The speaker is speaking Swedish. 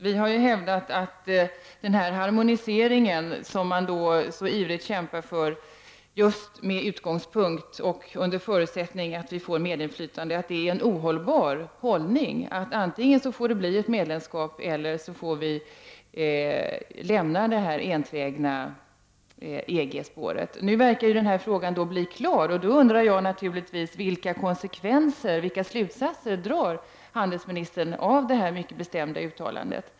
Vi har hävdat att det är ohållbart att så ivrigt kämpa för den här harmoniseringen under förutsättning att vi får medinflytande. Antingen får det bli ett medlemskap eller också får vi lämna det enträgna EG-spåret. Nu verkar det som om den här frågan blir klar. Jag undrar naturligtvis vilka slutsatser utrikeshandelsministern drar av det mycket bestämda uttalandet.